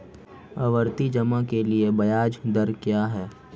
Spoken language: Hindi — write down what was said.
आवर्ती जमा के लिए ब्याज दर क्या है?